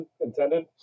intended